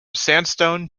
sandstone